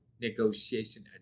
negotiation